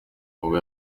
ubwo